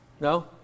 No